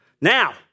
Now